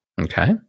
Okay